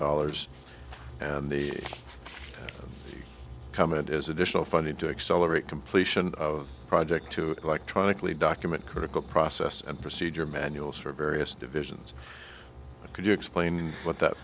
dollars and the comment is additional funding to accelerate completion of a project to electronically document critical process and procedure manuals for various divisions could you explain what that